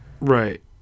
right